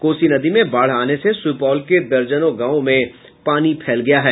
कोसी नदी में बाढ़ आने से सुपौल के दर्जनों गांव में पानी फैल गया है